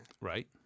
Right